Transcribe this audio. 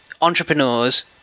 entrepreneurs